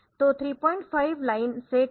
तो 35 line set है